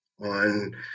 on